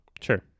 Sure